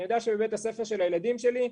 אני יודע שבבית הספר של הילדים שלי,